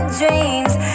dreams